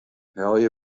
helje